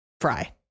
fry